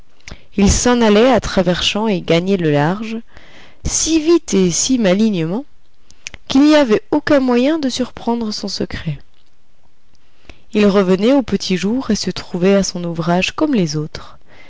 il s'en allait à travers champs et gagnait le large si vite et si malignement qu'il n'y avait aucun moyen de surprendre son secret il revenait au petit jour et se trouvait à son ouvrage comme les autres